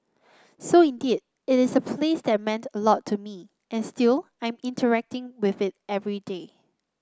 so indeed it is a place that meant a lot to me and still I'm interacting with it every day